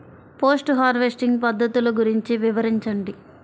Post harvesting పద్ధతులు గురించి వివరించండి?